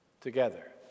together